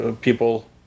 people